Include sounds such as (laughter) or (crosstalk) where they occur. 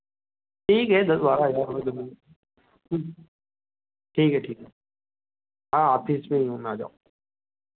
ठीक है दस बारह हज़ार (unintelligible) तो ठीक है ठीक है हाँ ऑफिस में हूँ मैं आ जाओ